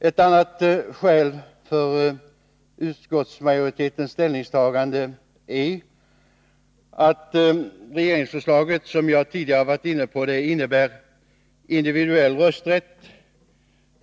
Ett annat skäl för utskottsmajoritetens ställningstagande är, som jag tidigare har varit inne på, att regeringsförslaget innebär individuell rösträtt.